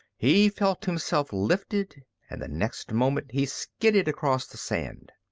he felt himself lifted, and the next moment he skidded across the sand.